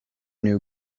knew